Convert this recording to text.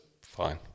fine